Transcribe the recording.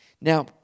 Now